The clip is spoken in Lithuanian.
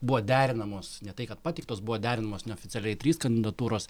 buvo derinamos ne tai kad pateiktos buvo derinamos neoficialiai trys kandidatūros